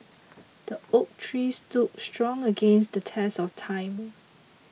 the oak tree stood strong against the test of time